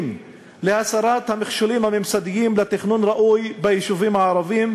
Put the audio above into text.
להסרת המכשולים הממסדיים בתכנון ראוי ביישובים הערביים,